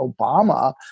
Obama